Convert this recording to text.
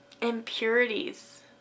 impurities